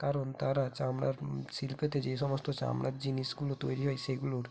কারণ তারা চামড়ার শিল্পেতে যে সমস্ত চামড়ার জিনিসগুলো তৈরি হয় সেগুলোর